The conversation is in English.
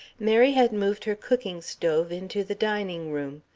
mary had moved her cooking stove into the dining room,